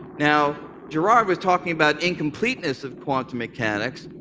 now, gerard was talking about incompleteness of quantum mechanics.